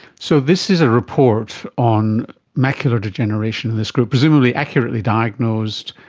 so this is a report on macular degeneration in this group, presumably accurately diagnosed,